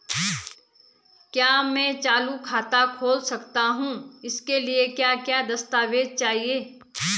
क्या मैं चालू खाता खोल सकता हूँ इसके लिए क्या क्या दस्तावेज़ चाहिए?